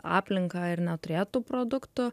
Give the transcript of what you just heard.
aplinką ir neturėt tų produktų